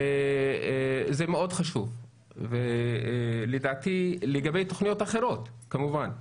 זה מאוד חשוב לגבי תוכניות אחרות כמובן.